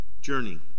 journey